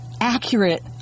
accurate